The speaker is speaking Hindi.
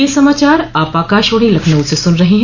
ब्रे क यह समाचार आप आकाशवाणी लखनऊ से सून रहे हैं